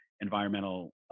environmental